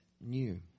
new